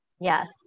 yes